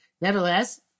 Nevertheless